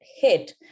hit